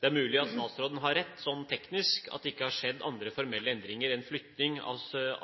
Det er mulig at statsråden har rett – sånn teknisk – at det ikke har skjedd andre formelle endringer enn flytting av